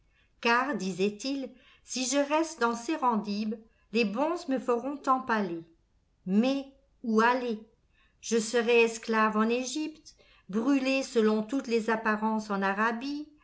car disait-il si je reste dans serendib les bonzes me feront empaler mais où aller je serai esclave en egypte brûlé selon toutes les apparences en arabie